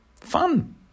fun